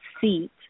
seat